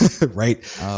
Right